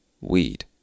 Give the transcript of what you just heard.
weed